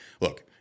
look